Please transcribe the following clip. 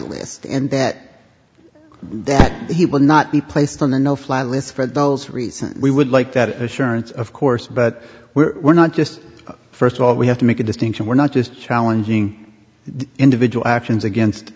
list and that that he will not be placed on the no fly list for those reasons we would like that assurance of course but we're not just first of all we have to make a distinction we're not just challenging the individual actions against